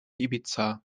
ibiza